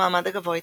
המעמד הגבוה התרחב,